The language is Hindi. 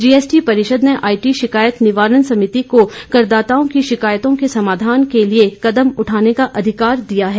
जीएसटी परिषद् ने आईटी शिकायत निवारण समिति को करदाताओं की शिकायतों के समाधान के लिए कदम उठाने का अधिकार दिया है